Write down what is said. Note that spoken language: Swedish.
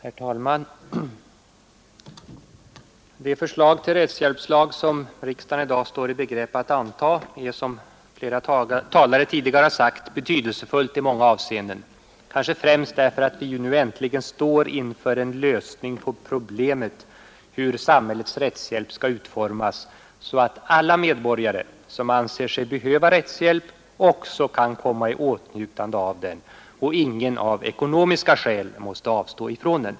Herr talman! Det förslag till rättshjälpslag som riksdagen i dag står i begrepp att anta är, som flera talare tidigare har sagt, betydelsefullt i många avseenden, kanske främst därför att vi nu äntligen står inför en lösning på problemet hur samhällets rättshjälp skall utformas för att alla medborgare som anser sig behöva rättshjälp också skall komma i åtnjutande av den och ingen av ekonomiska skäl måste avstå från den.